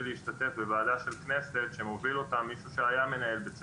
להשתתף בוועדה של הכנסת שמוביל אותה מישהו שהיה מנהל בית ספר,